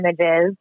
images